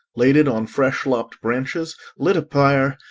laid it on fresh-lopped branches, lit a pyre,